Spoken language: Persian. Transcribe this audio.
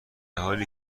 حالی